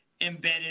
embedded